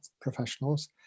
professionals